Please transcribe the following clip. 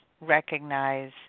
recognize